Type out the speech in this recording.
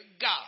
God